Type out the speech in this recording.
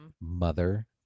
mother